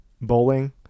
bowling